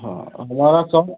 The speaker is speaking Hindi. हाँ अलावा